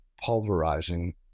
pulverizing